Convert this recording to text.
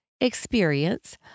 experience